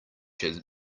had